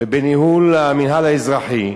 ובניהול המינהל האזרחי,